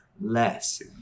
less